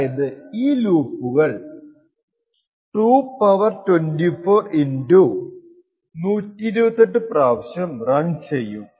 അതായത് ഈ ലൂപ്പുകൾ 2 24 128 പ്രാവശ്യം റൺ ചെയ്യും